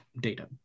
data